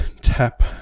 tap